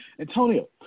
Antonio